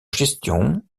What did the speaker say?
gestion